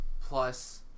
Plus